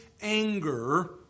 anger